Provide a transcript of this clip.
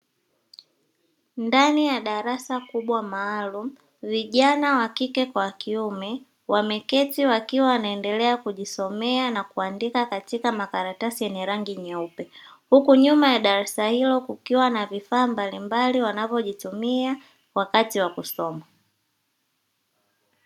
Ndani ya darasa kubwa maalumu vijana wakike kwa wakiume wameketi wakiwa wanaendelea kujisomea na kuandika katika makaratasi yenye rangi nyeupe. Huku nyuma ya darasa hilo kukiwa na vifaa mbalimbali wanavyovitumia wakati wa kusoma.